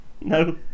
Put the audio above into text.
No